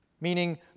meaning